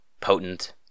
potent